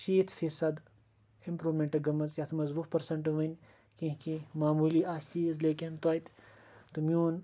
شیٖتھ فیٖسَد اِمپرٛوٗمٮ۪نٛٹ گٔمٕژ یَتھ منٛز وُہ پٔرسنٹ وۄنۍ کینٛہہ کینٛہہ معموٗلی آسہِ چیٖز لیکن تویتہِ تہٕ میون